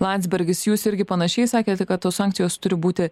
landsbergis jūs irgi panašiai sakėte kad tos sankcijos turi būti